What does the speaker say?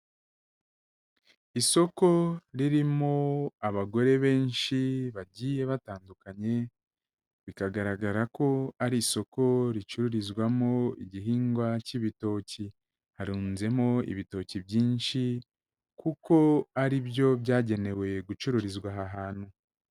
Isoko ririmo abagore benshi bagiye batandukanye, bikagaragara ko ari isoko ricururizwamo igihingwa cy'ibitoki. Harunzemo ibitoki byinshi kuko ari byo byagenewe gucururizwa aha hantu.